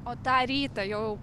o tą rytą jau